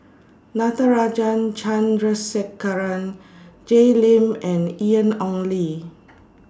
Natarajan Chandrasekaran Jay Lim and Ian Ong Li